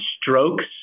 strokes